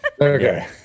okay